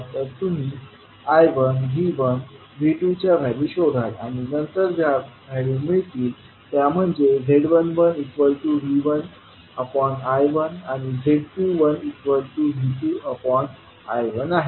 तर तुम्ही I1 V1 V2 च्या व्हॅल्यू शोधाल आणि नंतर ज्या व्हॅल्यू मिळतील त्या म्हणजे z11V1I1आणि z21V2I1 आहे